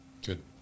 Good